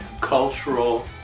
cultural